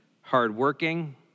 hardworking